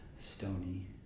stony